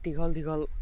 দীঘল দীঘল